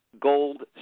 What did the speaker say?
gold